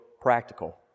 practical